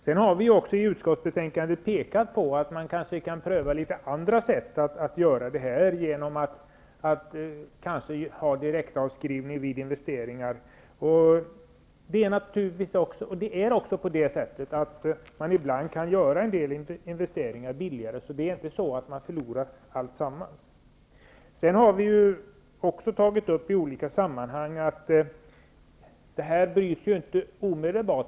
Vi har också i utskottsbetänkandet pekat på att man kan pröva litet andra sätt att göra detta genom t.ex. direktavskrivning vid investeringar. Man kan ju ibland göra en del investeringar billigare, så det är inte på det viset att man förlorar alltsammans. Vi har också i olika sammanhang tagit upp att detta inte avbryts omedelbart.